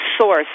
source